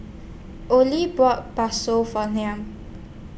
Ollie bought Bakso For Mal